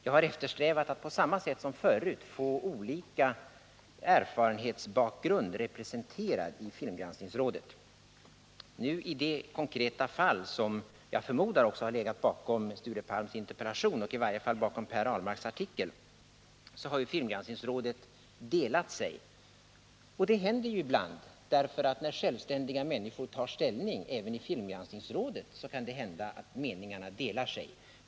Jag har eftersträvat att på samma sätt som förut få olika erfarenhetsbakgrund representerad i filmgranskningsrådet. I det konkreta fall som jag förmodar har legat bakom Sture Palms interpellation — i varje fall Per Ahlmarks artikel — har ju filmgranskningsrådet delat sig. Det händer ibland, när självständiga människor tar ställning — även i filmgranskningsrådet — att meningarna delar sig.